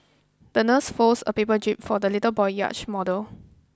the nurse folded a paper jib for the little boy's yacht model